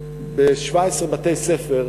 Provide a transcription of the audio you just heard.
ב-17 בתי-ספר,